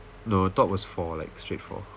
no top was for like straight four